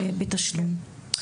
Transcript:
בתשלום.